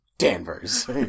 danvers